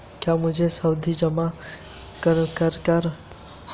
क्या मुझे सावधि जमा पर ऋण मिल सकता है?